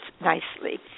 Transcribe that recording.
nicely